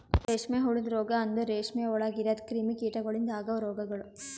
ರೇಷ್ಮೆ ಹುಳದ ರೋಗ ಅಂದುರ್ ರೇಷ್ಮೆ ಒಳಗ್ ಇರದ್ ಕ್ರಿಮಿ ಕೀಟಗೊಳಿಂದ್ ಅಗವ್ ರೋಗಗೊಳ್